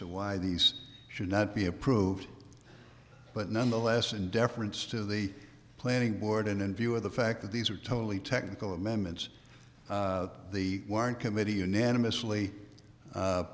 to why these should not be approved but nonetheless in deference to the planning board and in view of the fact that these are totally technical amendments the weren't committee unanimously